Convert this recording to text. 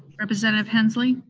representative hensley?